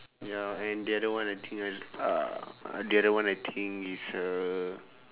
ya and the other one I think is uh the other one I think is uh